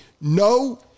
no